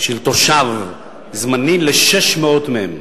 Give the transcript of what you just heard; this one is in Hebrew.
של תושב זמני ל-600 מהם,